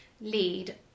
lead